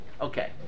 Okay